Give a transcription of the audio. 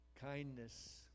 kindness